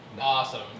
awesome